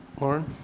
Lauren